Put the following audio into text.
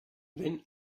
wenn